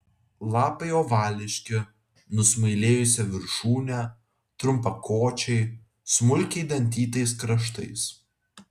lapai ovališki nusmailėjusia viršūne trumpakočiai smulkiai dantytais kraštais